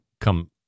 come